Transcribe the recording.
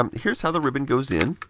um here's how the ribbon goes in,